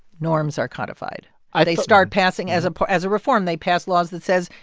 norms are codified i. they start passing as as a reform, they pass laws that says,